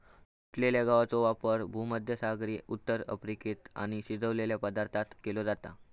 तुटलेल्या गवाचो वापर भुमध्यसागरी उत्तर अफ्रिकेत आणि शिजवलेल्या पदार्थांत केलो जाता